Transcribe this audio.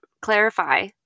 clarify